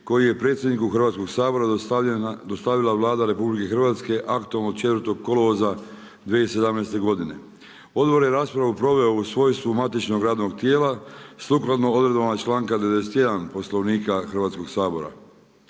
koje je predsjedniku Hrvatskog sabora dostavila Vlada RH aktom od 4. kolovoza 2017. godine. Odbor je raspravu proveo u svojstvu matičnog radnog tijela, sukladno odredbama članka 91. Poslovnika Hrvatskog sabora.